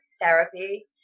therapy